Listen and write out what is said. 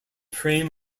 frame